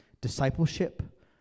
discipleship